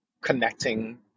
connecting